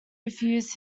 refused